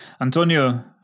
Antonio